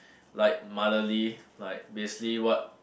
like motherly like basically what